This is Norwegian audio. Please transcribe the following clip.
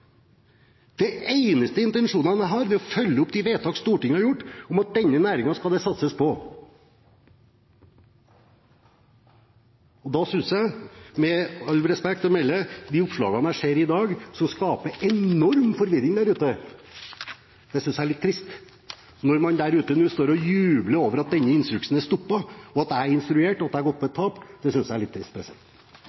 eneste intensjonene jeg har, er å følge opp de vedtak Stortinget har gjort, om at denne næringen skal det satses på. Da synes jeg, med all respekt å melde, de oppslagene jeg ser i dag, som skaper enorm forvirring der ute, er litt trist. Når man der ute nå står og jubler over at denne instruksen er stoppet, og at jeg er instruert og har gått på